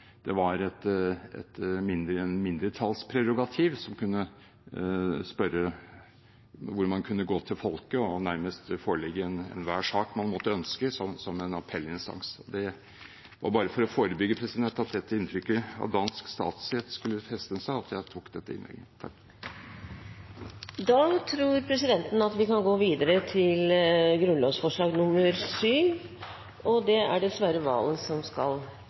det var et mindretallsprerogativ, hvor man kunne gå til folket og nærmest forelegge enhver sak man måtte ønske, som en appellinstans. Det var bare for å forebygge at dette inntrykket av dansk statsrett skulle feste seg, jeg tok dette innlegget. Flere har ikke bedt om ordet til grunnlovsforslagene 14 og 43. Dette grunnlovsforslaget går ut på å gi stemmerett til 16-åringer. Det å gi stemmerett til 16-åringer er i praksis bare én ting, og det er